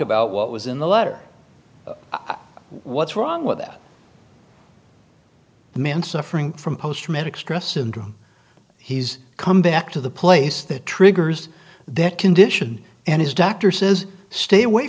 about what was in the letter what's wrong with that the man suffering from post traumatic stress syndrome he's come back to the place that triggers their condition and his doctor says stay away